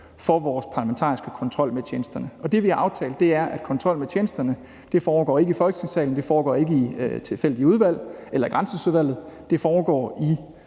for vores parlamentariske kontrol med tjenesterne, og det, vi har aftalt, er, at kontrollen med tjenesterne ikke foregår i Folketingssalen, og at den ikke foregår i et tilfældigt udvalg eller i Granskningsudvalget, men at den foregår i